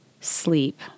sleep